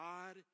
God